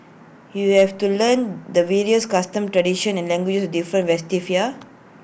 you have to learn the various customs tradition and languages different festivals here